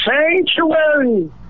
Sanctuary